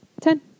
Ten